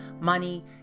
money